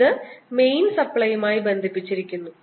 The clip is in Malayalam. ഇത് മെയിൻ സപ്ലൈയുമായി ബന്ധിപ്പിച്ചിരിക്കുന്നു